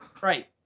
Right